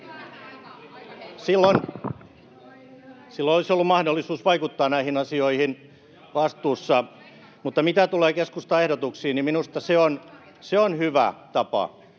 Silloin olisi ollut mahdollisuus vaikuttaa näihin asioihin vastuussa. Mitä tulee keskustan ehdotuksiin, [Annika Saarikon välihuuto]